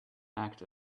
act